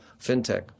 fintech